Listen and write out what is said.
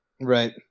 right